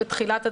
בתחילת הדברים,